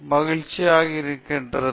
மகிழ்ச்சியாக இருக்கிறது